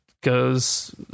goes